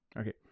Okay